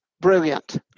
Brilliant